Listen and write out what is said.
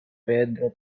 pedro